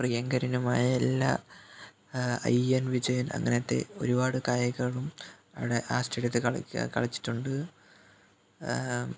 പ്രിയങ്കരനുമായ എല്ലാ I M Vijayan അങ്ങനത്തെ ഒരുപാട് കായിക അവിടെ ആ സ്റ്റേഡിയത്തിൽ കളി കളിച്ചിട്ടുണ്ട്